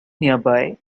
nearby